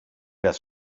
das